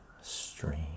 stream